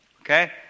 okay